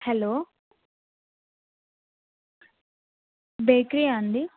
hello bakery ఆ అండి